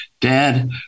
Dad